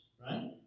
right